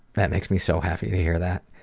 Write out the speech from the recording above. that makes me so happy to hear that.